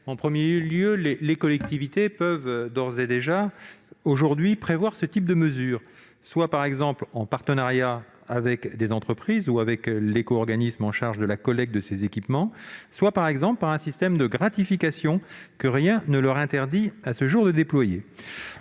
En premier lieu, les collectivités pourraient, d'ores et déjà, prévoir ce type de mesures : soit en partenariat avec des entreprises ou avec l'éco-organisme en charge de la collecte de ces équipements ; soit un système de gratifications que rien ne leur interdit, à ce jour, de déployer.